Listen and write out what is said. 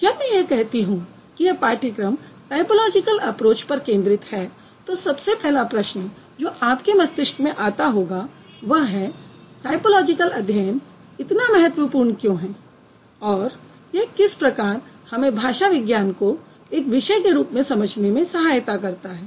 जब मैं यह कहती हूँ कि यह पाठ्यक्रम टायपोलॉजिकल एप्रोच पर केन्द्रित है तो सबसे पहला प्रश्न जो आपके मस्तिष्क में आता होगा वह है कि टायपोलॉजिकल अध्ययन इतना महत्वपूर्ण क्यों है और यह किस प्रकार हमें भाषा विज्ञान को एक विषय के रूप में समझने में सहायता करता है